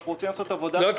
אנחנו רוצים לעשות עבודת הכנה.